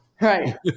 right